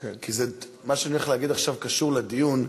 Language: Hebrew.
כי מה שאני הולך להגיד עכשיו קשור לדיון.